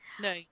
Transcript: No